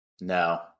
No